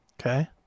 Okay